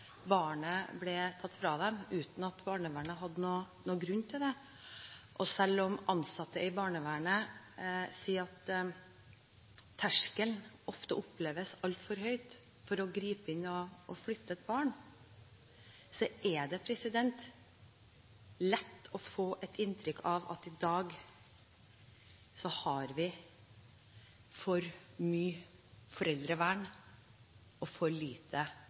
barnevernet hadde noen grunn til det, og selv om ansatte i barnevernet sier at terskelen ofte oppleves altfor høy for å gripe inn og flytte et barn, er det lett å få et inntrykk av at vi i dag har for mye foreldrevern og for lite